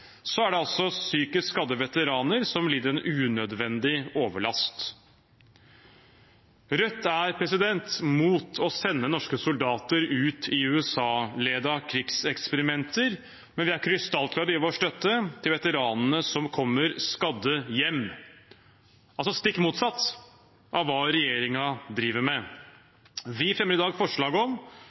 er det veteraner med psykiske skader som lider unødig overlast. Rødt er imot å sende norske soldater ut i USA-ledede krigseksperimenter, men vi er krystallklare i vår støtte til veteranene som kommer skadd hjem – altså stikk motsatt av hva regjeringen driver med. Vi fremmer i dag forslag om